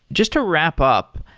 just to wrap up,